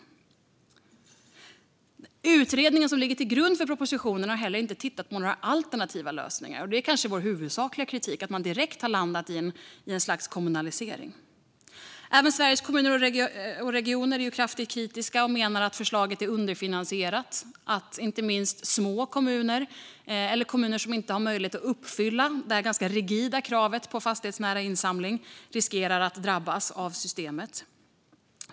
Den utredning som ligger till grund för propositionen har inte heller tittat på några alternativa lösningar, och det är kanske där vår huvudsakliga kritik ligger. Man har landat direkt i ett slags kommunalisering. Även Sveriges Kommuner och Regioner är kraftigt kritiska och menar att förslaget är underfinansierat. De menar att inte minst små kommuner eller kommuner som inte har möjlighet att uppfylla det ganska rigida kravet på fastighetsnära insamling riskerar att drabbas av systemet.